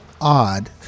odd